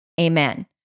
Amen